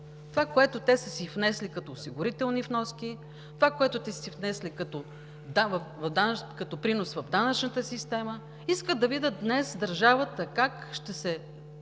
това, което са си внесли като осигурителни вноски, това, което са си внесли като принос в данъчната система, искат да видят как днес държавата ще се